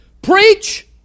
Preach